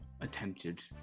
attempted